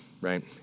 right